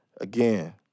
again